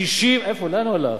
שישים, איפה, לאן הוא הלך?